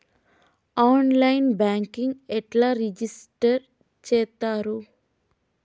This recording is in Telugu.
ఆన్ లైన్ బ్యాంకింగ్ ఎట్లా రిజిష్టర్ చేత్తరు?